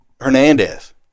Hernandez